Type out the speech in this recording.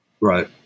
Right